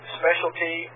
specialty